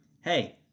hey